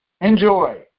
Enjoy